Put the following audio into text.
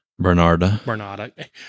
Bernarda